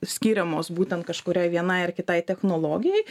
skiriamos būtent kažkuriai vienai ar kitai technologijai